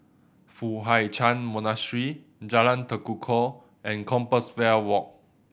Foo Hai Ch'an Monastery Jalan Tekukor and Compassvale Walk